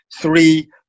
three